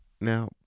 now